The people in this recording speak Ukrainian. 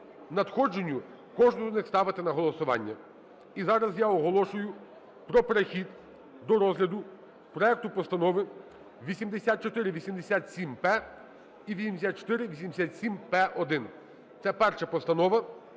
надходженню кожну з них ставити на голосування. І зараз я оголошую про перехід до розгляду проекту Постанови 8487-П і 8487-П1. Це перша постанова,